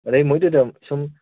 ꯑꯗꯩ ꯃꯣꯏꯗꯨꯗ ꯁꯨꯝ